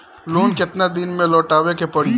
Loan केतना दिन में लौटावे के पड़ी?